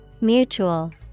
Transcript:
mutual